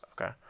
Okay